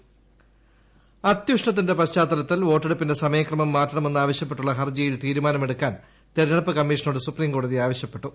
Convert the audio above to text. വോട്ടെടുപ്പ് സമയം അത്യുഷ്ണത്തിന്റെ പശ്ചാത്തലത്തിൽ വോട്ടെടുപ്പിന്റെ സമയക്രമം മാറ്റണമെന്നാവശ്യപ്പെട്ടുള്ള ഹർജിയിൽ തീരുമാനമെടുക്കാൻ തെരഞ്ഞെടുപ്പ് കമ്മീഷനോട് സുപ്രീം കോടതി ആവശ്യപ്പെട്ടു